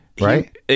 Right